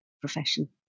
profession